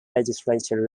legislature